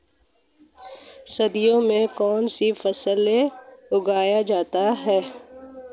सर्दियों में कौनसी फसलें उगाई जा सकती हैं?